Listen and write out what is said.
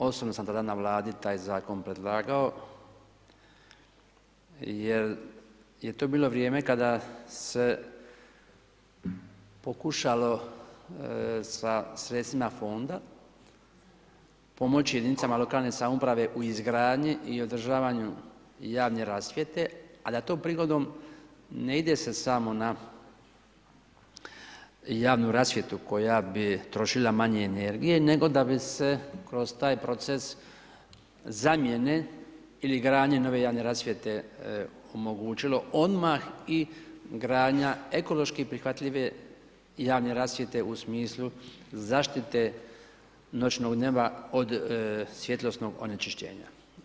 Osobno sam tada na Vladi taj zakon predlagao jer je to bilo vrijeme kada se pokušalo sa sredstvima fonda pomoći jedinicama lokalne samouprave u izgradnji i održavanju javne rasvjete a da tom prigodom ne ide se samo na javnu rasvjetu koja bi trošila manje energije nego da bi se kroz taj proces zamjene ili gradnje nove javne rasvjete omogućilo odmah i gradnja ekološki prihvatljive javne rasvjete u smislu zaštite noćnog neba od svjetlosnog onečišćenja.